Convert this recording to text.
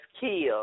killed